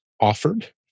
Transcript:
offered